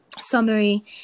summary